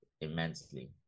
immensely